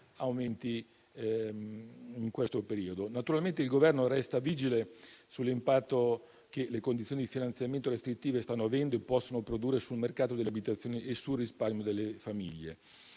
aumenti in questo periodo. Naturalmente il Governo resta vigile sull'impatto che le condizioni di finanziamento restrittive stanno avendo e possono produrre sul mercato delle abitazioni e sul risparmio delle famiglie.